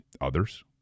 others